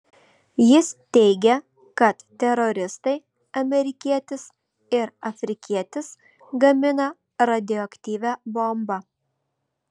jis teigė kad teroristai amerikietis ir afrikietis gamina radioaktyvią bombą